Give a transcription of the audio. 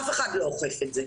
אף אחד לא אוכף את זה.